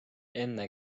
enne